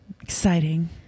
Exciting